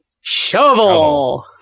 shovel